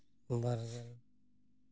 ᱵᱟᱨᱜᱮᱞ